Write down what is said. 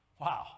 Wow